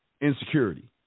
insecurity